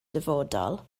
dyfodol